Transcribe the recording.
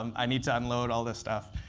um i need to unload all this stuff,